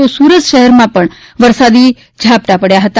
તો સુરત શહેરમાં પણ વરસાદી ઝાપટાં પડ્યા હતા